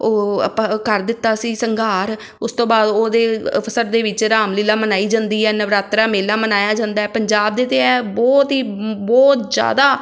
ਉਹ ਆਪਾਂ ਕਰ ਦਿੱਤਾ ਸੀ ਸੰਘਾਰ ਉਸ ਤੋਂ ਬਾਅਦ ਉਹਦੇ ਅਵਸਰ ਦੇ ਵਿੱਚ ਰਾਮਲੀਲਾ ਮਨਾਈ ਜਾਂਦੀ ਹੈ ਨਵਰਾਤਰਾ ਮੇਲਾ ਮਨਾਇਆ ਜਾਂਦਾ ਪੰਜਾਬ ਦੇ ਤਾਂ ਇਹ ਬਹੁਤ ਹੀ ਬਹੁਤ ਜ਼ਿਆਦਾ